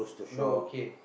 no okay